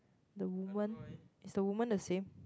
the woman is the woman the same